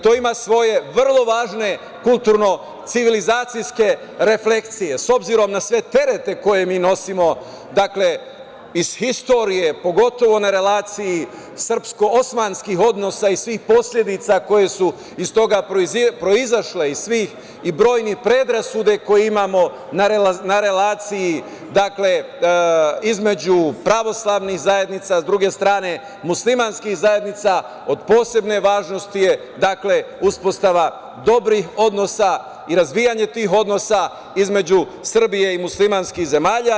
To ima svoje vrlo važne kulturno civilizacijske refleksije, s obzirom na sve terete koje mi nosimo, dakle, iz historije, pogotovo na relaciji srpsko-osmanskih odnosa i svih posledica koje su iz toga proizašle, iz svih brojnih predrasuda koje imamo na relaciji, između pravoslavnih zajednica, sa druge strane muslimanskih zajednica, od posebne važnosti je uspostava dobrih odnosa i razvijanje tih odnosa između Srbije i muslimanskih zemalja.